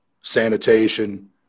sanitation